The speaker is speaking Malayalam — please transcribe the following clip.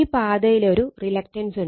ഈ പാതയിലൊരു റിലക്റ്റൻസുണ്ട്